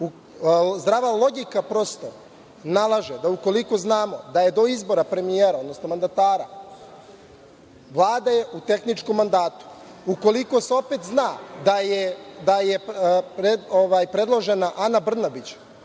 Zdrava logika prosto nalaže da, ukoliko znamo da je do izbora premijera, odnosno mandatara, Vlada u tehničkom mandatu, ukoliko se opet zna da je predložena Ana Brnabić,